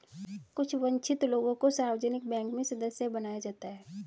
कुछ वन्चित लोगों को सार्वजनिक बैंक में सदस्य बनाया जाता है